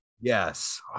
Yes